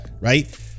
right